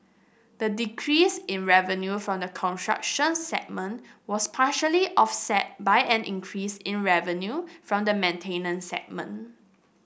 the decrease in revenue from the construction segment was partially offset by an increase in revenue from the maintenance segment